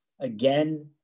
again